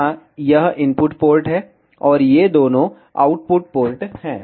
यहाँ यह input port है और ये दोनों आउटपुट पोर्ट हैं